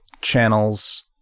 channels